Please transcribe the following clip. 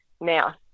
now